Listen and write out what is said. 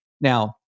Now